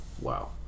wow